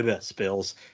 spills